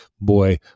boy